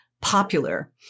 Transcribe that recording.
popular